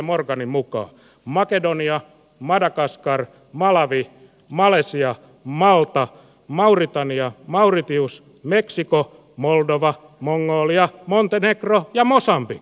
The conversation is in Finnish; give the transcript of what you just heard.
morganin mukaan makedonia madagaskar malawi malesia malta mauritania mauritius meksiko moldova mongolia montenegro ja mosambik